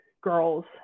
girls